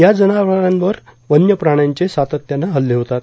या भागात जनावरांवर वन्यप्राण्यांचे सातत्यानं हल्ले होतात